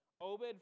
Obed